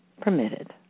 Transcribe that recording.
permitted